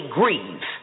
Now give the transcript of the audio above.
grieve